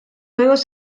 juegos